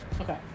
Okay